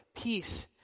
Peace